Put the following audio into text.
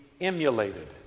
emulated